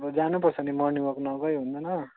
अब जानुपर्छ नि मर्निङ वक नगई हुँदैन